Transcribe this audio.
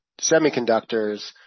semiconductors